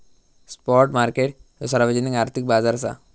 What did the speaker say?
spot market ह्यो सार्वजनिक आर्थिक बाजार असा